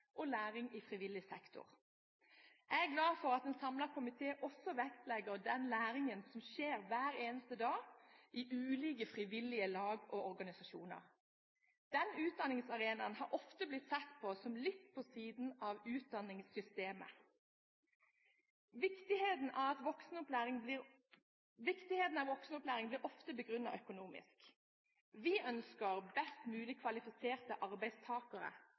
og læring i frivillig sektor. Jeg er glad for at en samlet komité også vektlegger den læringen som skjer hver eneste dag i ulike frivillige lag og organisasjoner. Den utdanningsarenaen har ofte blitt sett på som litt på siden av utdanningssystemet. Viktigheten av voksenopplæring blir ofte begrunnet økonomisk. Vi ønsker best mulig kvalifiserte arbeidstakere.